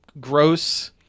gross